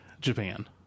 Japan